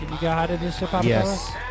yes